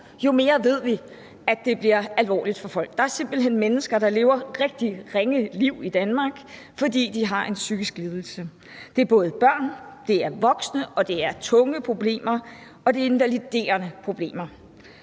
jo mere ved vi det bliver alvorligt for folk. Der er simpelt hen mennesker, der lever rigtig ringe liv i Danmark, fordi de har en psykisk lidelse. Det er både børn og voksne. Det er tunge problemer, og det er invaliderende problemer.